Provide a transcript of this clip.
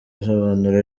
nsobanura